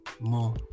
more